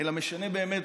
אלא משנה באמת,